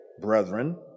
brethren